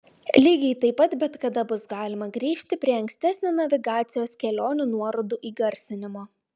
lygiai taip pat bet kada bus galima grįžti prie ankstesnio navigacijos kelionių nuorodų įgarsinimo